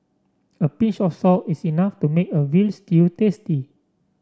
a pinch of salt is enough to make a veal stew tasty